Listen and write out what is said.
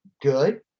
good